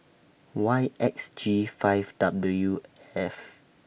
Y X G five W F